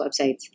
websites